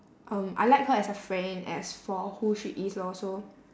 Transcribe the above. um I like her as a friend as for who she is lor so